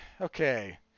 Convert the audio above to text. Okay